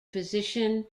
position